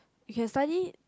you can study